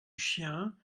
chien